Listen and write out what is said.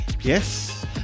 Yes